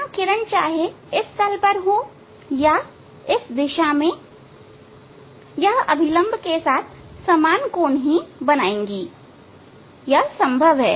यहां किरण चाहे यहां इस तल पर हो या इस दिशा में यह अभिलंब के साथ समान कोण ही बनाएगी यह संभव है